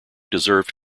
deserved